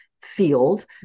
field